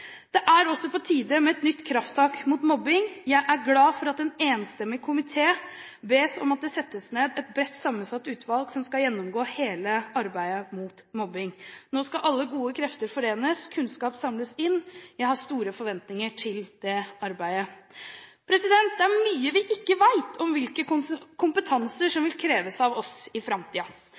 Det er også på tide med et nytt krafttak mot mobbing. Jeg er glad for at en enstemmig komité mener at det bør settes ned et bredt sammensatt utvalg som skal gjennomgå hele arbeidet mot mobbing. Nå skal alle gode krefter forenes og kunnskap samles inn. Jeg har store forventninger til det arbeidet. Det er mye vi ikke vet om hvilke kompetanser som vil kreves av oss i